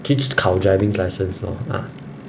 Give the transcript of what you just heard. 就考 driving license lor ah